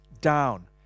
down